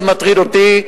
זה מטריד אותי,